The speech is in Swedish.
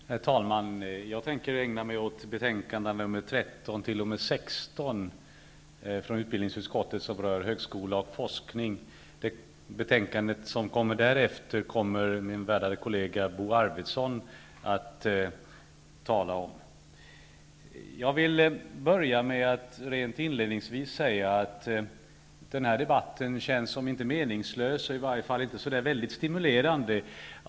Herr talman! Jag tänker ägna mig åt utbildningsutskottets betänkanden 13--16 som berör högskola och forskning. Det betänkande som behandlas därefter kommer min värderade kollega Bo Arvidson att tala om. Jag vill inledningsvis säga att den här debatten av flera olika skäl känns om inte meningslös så i varje fall inte väldigt stimulerande.